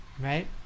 right